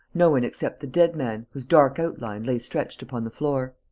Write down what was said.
no one except the dead man, whose dark outline lay stretched upon the floor.